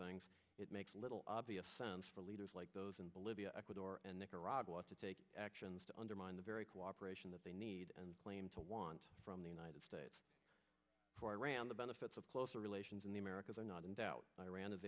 things it makes little obvious sense for leaders like those in bolivia ecuador and nicaragua to take actions to undermine the very cooperation that they need and claim to want from the united states for iran the benefits of closer relations in the americas are not in doubt iran